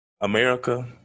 America